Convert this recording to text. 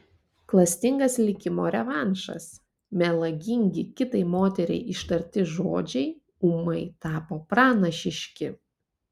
klastingas likimo revanšas melagingi kitai moteriai ištarti žodžiai ūmai tapo pranašiški